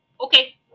okay